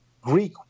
Greek